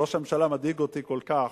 ראש הממשלה מדאיג אותי כל כך,